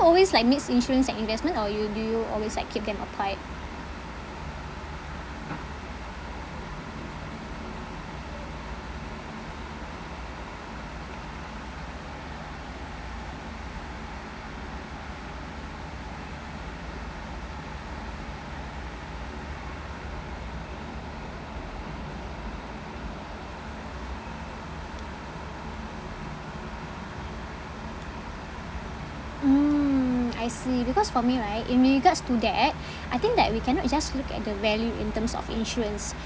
always like mix insurance and investment or you do you always like keep the apart mm I see because for me right in regards to that I think that we cannot just look at the value in terms of insurance